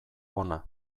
hona